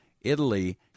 Italy